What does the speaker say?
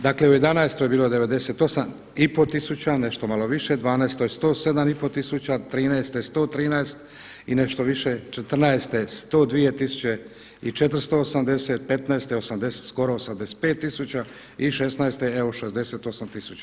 Dakle, u jedanaestoj je bilo 98 i pol tisuća, nešto malo više, dvanaestoj 107 i pol tisuća, trinaeste 113 i nešto više, četrnaeste 102 tisuće i 480, petnaeste skoro 85 tisuća i šesnaeste evo 68000.